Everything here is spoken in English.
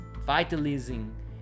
vitalizing